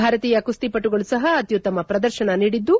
ಭಾರತೀಯ ಕುಸ್ತಿಪಟುಗಳು ಸಹ ಅತ್ಯುತ್ತಮ ಪ್ರದರ್ಶನ ನೀಡಿದ್ದು